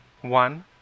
One